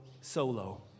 solo